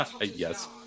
Yes